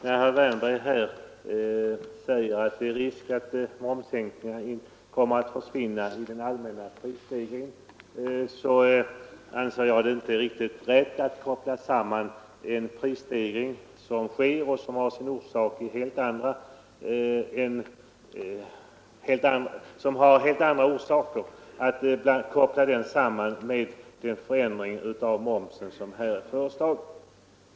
Fru talman! Herr Wärnberg säger att det är risk för att momssänkningen kommer att försvinna i den allmänna prisstegringen. Jag anser det inte riktigt att koppla samman en prisstegring som har helt andra orsaker med den förändring av momsen som nu föreslagits.